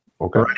okay